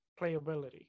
playability